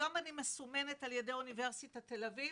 היום אני מסומנת על ידי אוניברסיטת תל אביב